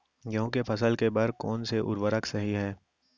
गेहूँ के फसल के बर कोन से उर्वरक सही है?